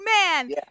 man